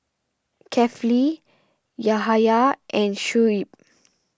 Kefli Yahaya and Shuib